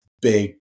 big